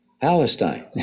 Palestine